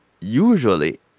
Usually